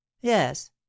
Yes